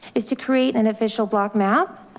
is to create an official block map.